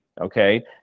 okay